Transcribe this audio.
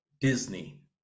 Disney